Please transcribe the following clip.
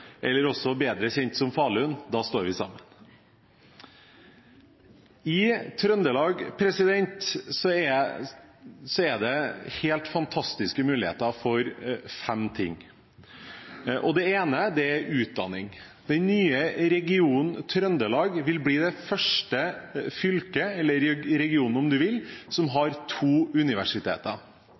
eller når Petter Northug og Marit Bjørgen går for gull i «Øst-Trøndelag», bedre kjent som Falun – da står vi sammen. I Trøndelag er det helt fantastiske muligheter for fem ting. Det ene er utdanning. Den nye regionen Trøndelag vil bli det første fylket – eller region, om en vil – som har to universiteter.